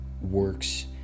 works